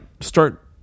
start